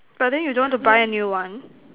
but then you don't want to buy a new one